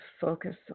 focus